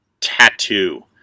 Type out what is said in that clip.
tattoo